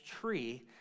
tree